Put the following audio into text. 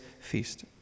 Feast